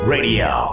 Radio